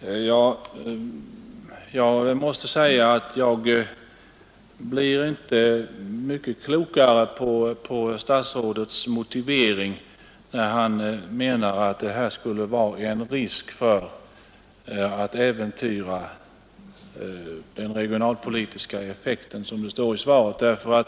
Fru talman! Jag måste säga att jag inte blir mycket klokare på statsrådets motivering, när han menar att det skulle föreligga risk för att man skulle äventyra den regionalpolitiska effekten genom en bidragsgivning i den form som jag